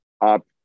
up